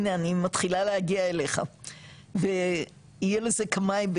הנה אני מתחילה להגיע אליך ותהיה לזה כמים,